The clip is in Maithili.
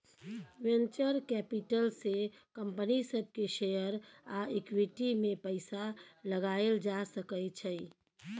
वेंचर कैपिटल से कंपनी सब के शेयर आ इक्विटी में पैसा लगाएल जा सकय छइ